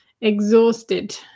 exhausted